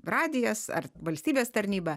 radijas ar valstybės tarnyba